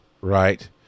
right